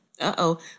uh-oh